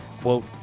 quote